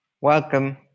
welcome